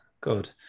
good